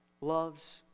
loves